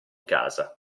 casa